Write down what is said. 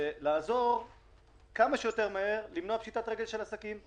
ולעזור כמה שיותר מהר כדי למנוע פשיטת רגל של עסקים.